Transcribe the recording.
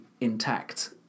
intact